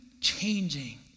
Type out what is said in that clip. changing